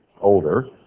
older